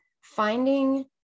finding